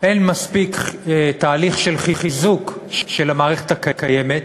אין תהליך מספיק של חיזוק המערכת הקיימת.